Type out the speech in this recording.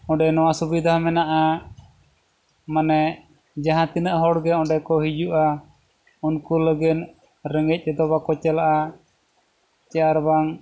ᱚᱸᱰᱮ ᱱᱚᱣᱟ ᱥᱩᱵᱤᱫᱷᱟ ᱢᱮᱱᱟᱜᱼᱟ ᱢᱟᱱᱮ ᱡᱟᱦᱟᱸ ᱛᱤᱱᱟᱹᱜ ᱦᱚᱲ ᱜᱮ ᱚᱸᱰᱮ ᱠᱚ ᱦᱤᱡᱩᱜᱼᱟ ᱩᱱᱠᱩ ᱞᱟᱹᱜᱤᱫ ᱨᱮᱸᱜᱮᱡ ᱛᱮᱫᱚ ᱵᱟᱠᱚ ᱪᱟᱞᱟᱜᱼᱟ ᱥᱮ ᱟᱨᱵᱟᱝ